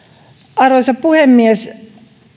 arvoisa puhemies